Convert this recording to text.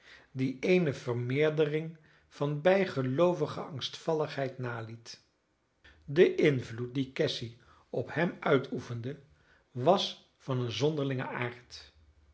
die eene vermeerdering van bijgeloovige angstvalligheid naliet de invloed dien cassy op hem uitoefende was van een zonderlingen aard